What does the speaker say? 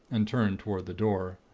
and turned toward the door.